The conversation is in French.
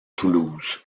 toulouse